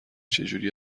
چجوری